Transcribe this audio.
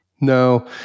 No